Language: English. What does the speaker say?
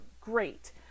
Great